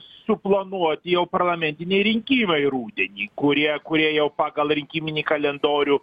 suplanuoti jau parlamentiniai rinkimai rudenį kurie kurie jau pagal rinkiminį kalendorių